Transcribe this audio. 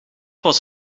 was